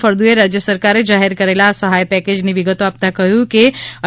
ફળદુએ રાશ્ય સરકારે જાહેર કરેલા આ સહાય પેકેજની વિગતો આપતાં કહ્યું કે તા